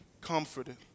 comforted